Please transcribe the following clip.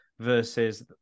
versus